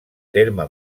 terme